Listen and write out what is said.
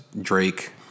Drake